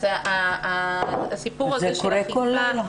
וזה קורה כל לילה.